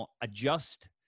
adjust